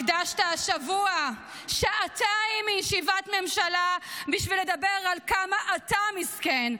הקדשת השבוע שעתיים מישיבת הממשלה בשביל לדבר על כמה אתה מסכן,